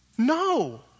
No